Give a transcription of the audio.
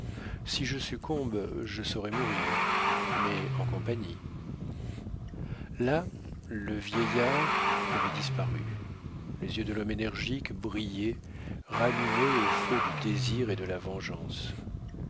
si je succombe je saurai mourir mais en compagnie là le vieillard avait disparu les yeux de l'homme énergique brillaient rallumés aux feux du désir et de la vengeance